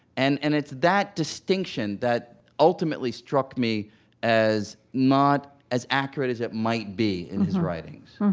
and and it's that distinction that ultimately struck me as not as accurate as it might be in his writings